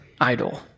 idol